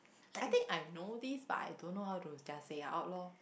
I think I know this but I don't know how to just say out lor